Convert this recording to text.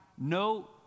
no